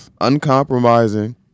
uncompromising